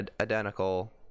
identical